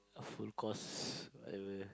a full course whatever